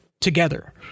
together